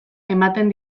ematen